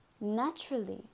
Naturally